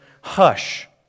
Hush